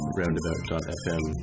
roundabout.fm